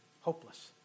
hopeless